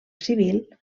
civil